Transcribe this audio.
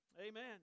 Amen